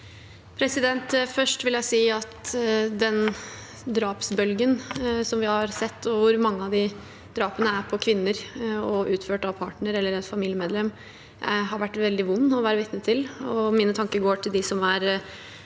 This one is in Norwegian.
Først vil jeg si at den drapsbølgen vi har sett, hvor mange av drapene er på kvinner og utført av partner eller et familiemedlem, har vært veldig vond å være vitne til. Mine tanker går til dem som er nær,